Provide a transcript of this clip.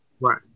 Right